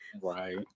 Right